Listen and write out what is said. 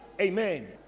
Amen